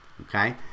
okay